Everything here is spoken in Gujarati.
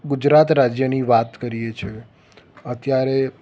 ગુજરાત રાજ્યની વાત કરીએ છીએ અત્યારે